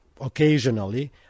occasionally